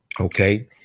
okay